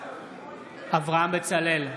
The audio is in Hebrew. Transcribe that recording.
אברהם בצלאל,